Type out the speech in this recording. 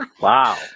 Wow